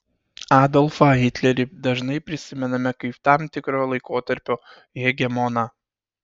adolfą hitlerį dažnai prisimename kaip tam tikro laikotarpio hegemoną